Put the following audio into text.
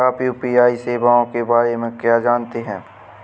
आप यू.पी.आई सेवाओं के बारे में क्या जानते हैं?